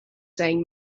saying